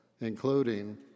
including